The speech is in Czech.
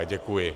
Děkuji.